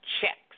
checks